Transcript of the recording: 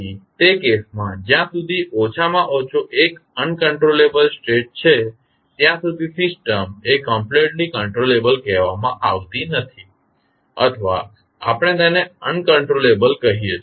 તેથી તે કેસમાં જ્યાં સુધી ઓછામાં ઓછો એક અનકંટ્રોલેબલ સ્ટેટ છે ત્યાં સુધી સિસ્ટમ એ કમપ્લેટલી કંટ્રોલેબલ કહેવામાં આવતી નથી અથવા આપણે તેને અનકંટ્રોલેબલ કહીએ છીએ